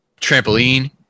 trampoline